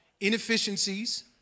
inefficiencies